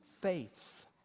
faith